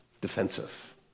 defensive